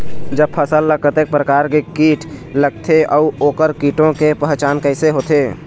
जब फसल ला कतेक प्रकार के कीट लगथे अऊ ओकर कीटों के पहचान कैसे होथे?